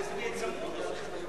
זה יהיה צמוד או לא צמוד?